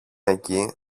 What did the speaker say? εκεί